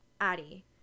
Addie